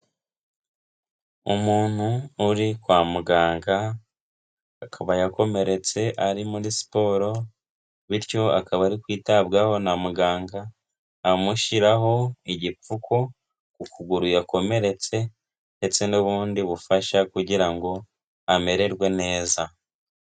Umuntu uri kwa muganga, akaba yakomeretse ari muri siporo bityo akaba ari kwitabwaho na muganga, amushyiraho igipfuku, ku kuguru yakomeretse ndetse n'ubundi bufasha kugira ngo amererwe neza.